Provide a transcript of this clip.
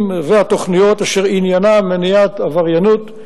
והתוכניות אשר עניינם מניעת עבריינות,